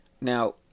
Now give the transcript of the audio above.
Now